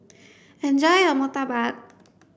enjoy your Murtabak